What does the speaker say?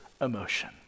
emotion